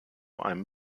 einem